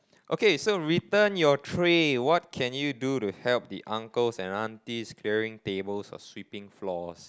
okay so return your tray what can you do to help the uncles and aunties clearing tables or sweeping floors